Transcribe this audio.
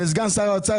ודאי שלא.